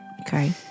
Okay